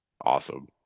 awesome